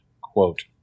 quote